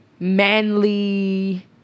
Manly